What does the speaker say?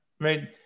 right